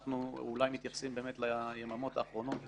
אנחנו אולי מתייחסים באמת ליממות האחרונות,